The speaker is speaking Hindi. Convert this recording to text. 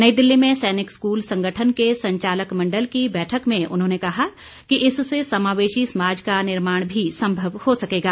नई दिल्ली में सैनिक स्कूल संगठन के संचालक मण्डल की बैठक में उन्होंने कहा कि इससे समावेशी समाज का निर्माण भी संभव हो सकेगा